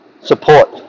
support